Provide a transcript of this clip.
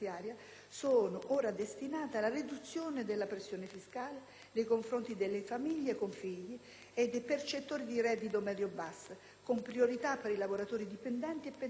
sono ora destinate alla riduzione della pressione fiscale nei confronti delle famiglie con figli e dei percettori di reddito medio-basso, con priorità per i lavoratori dipendenti e pensionati.